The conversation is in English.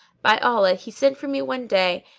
by allah, he sent for me one day,